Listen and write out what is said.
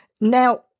now